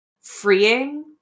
freeing